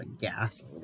gas